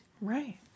Right